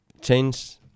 change